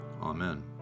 Amen